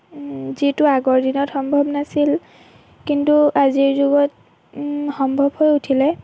যিটো আগৰদিনত সম্ভৱ নাছিল কিন্তু আজিৰ যুগত সম্ভৱ হৈ উঠিলে